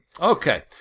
Okay